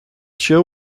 show